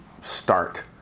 start